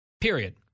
Period